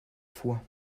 fois